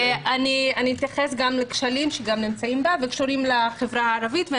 אני אתייחס גם לכשלים שנמצאים בה וקשורים לחברה הערבית.